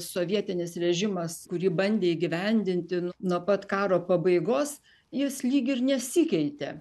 sovietinis režimas kurį bandė įgyvendinti nuo pat karo pabaigos jis lyg ir nesikeitė